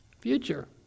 future